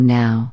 now